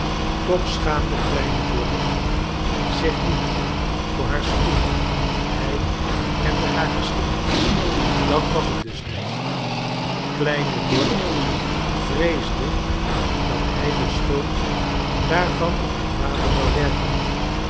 toch schaamde kleine dorrit zich niet voor haar schoenen hij kende haar geschiedenis dat was het dus niet kleine dorrit vreesde dat hij de schuld daarvan op haar vader zou werpen